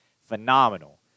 Phenomenal